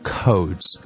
codes